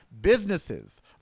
Businesses